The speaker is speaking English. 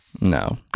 No